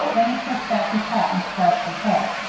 then he pushed back his hat and scratched his head.